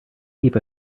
keep